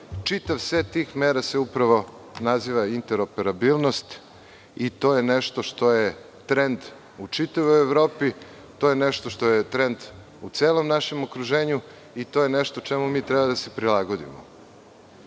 čitav set tih mera se naziva interoperabilnost i to je nešto što je trend u čitavoj Evropi. To je nešto što je trend u celom našem okruženju i to je nešto čemu treba da se prilagodimo. Ako